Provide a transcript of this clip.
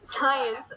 Science